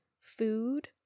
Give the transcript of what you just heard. food